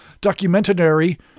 documentary